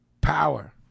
power